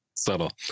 Subtle